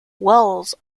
wells